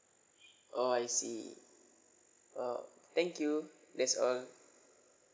oh I see well thank you that's all